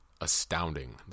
astounding